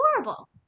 adorable